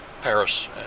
Paris